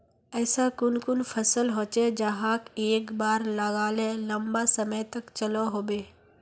ऐसा कुन कुन फसल होचे जहाक एक बार लगाले लंबा समय तक चलो होबे?